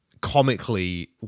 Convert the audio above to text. comically